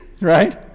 right